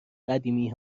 قدیمی